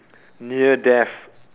near death